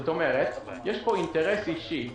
כלומר יש פה אינטרס אישי,